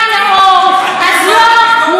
בושה וחרפה.